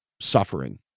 suffering